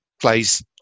plays